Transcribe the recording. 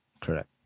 correct